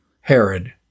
Herod